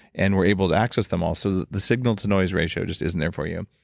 and we're able to access them all. so the signal to noise ratio just isn't there for you,